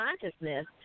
consciousness